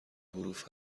حروف